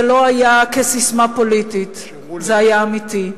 זה לא היה כססמה פוליטית, זה היה אמיתי.